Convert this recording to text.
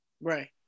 right